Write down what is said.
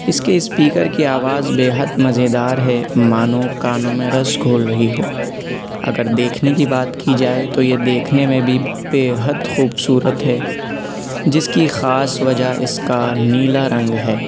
اس کے اسپیکر کی آواز بے حد مزے دار ہے مانو کانوں میں رس گھول رہی ہو اگر دیکھنے کی بات کی جائے تو یہ دیکھنے میں بھی بے حد خوب صورت ہے جس کی خاص وجہ اس کا نیلا رنگ ہے